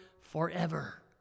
forever